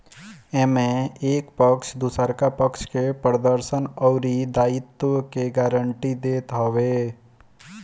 एमे एक पक्ष दुसरका पक्ष के प्रदर्शन अउरी दायित्व के गारंटी देत हवे